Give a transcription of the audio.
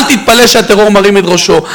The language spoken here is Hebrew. אל תתפלא שהטרור מרים את ראשו.